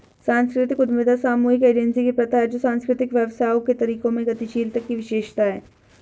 सांस्कृतिक उद्यमिता सामूहिक एजेंसी की प्रथा है जो सांस्कृतिक व्यवसायों के तरीकों में गतिशीलता की विशेषता है